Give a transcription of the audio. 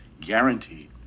Guaranteed